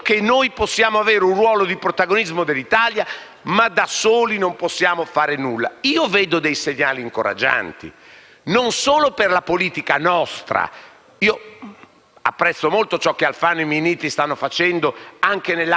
non solo per la nostra politica. Apprezzo molto ciò che Alfano e Minniti stanno facendo anche nell'Africa subsahariana (perché è da lì che bisogna chiudere i rubinetti o per stabilizzare il Governo libico) ma il punto vero